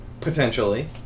Potentially